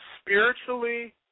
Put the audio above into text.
spiritually